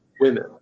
women